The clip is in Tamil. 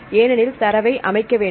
ஏனெனில் தரவை அமைக்கவேண்டும்